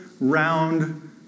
round